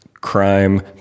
crime